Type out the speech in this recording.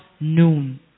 noon